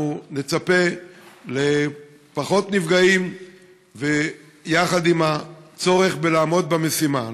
אנחנו נצפה לפחות נפגעים יחד עם הצורך בלעמוד במשימה,